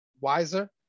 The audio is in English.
wiser